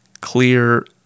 clear